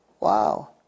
Wow